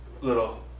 little